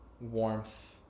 warmth